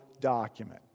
document